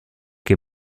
che